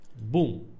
boom